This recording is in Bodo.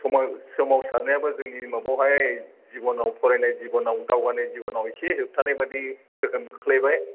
समाव सोमावसारनायाबो जोंनि माबायावहाय जिबनआव फरायनाय जिबनआव दावगानाय जिबनआव एसे होबथानाय बादि गोहोम खोख्लैबाय